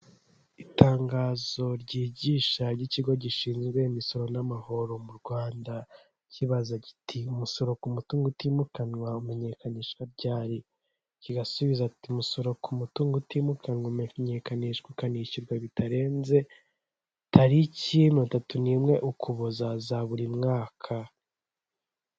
Iyi ni inzu yo mu bwoko bwa etage igerekeranyije isize amabara y'ubururu, umweru hejuru ibirahure birijimye hirya gato hari imodoka nziza yahagaze urabona ko ari ibintu byiza cyane.